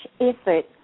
effort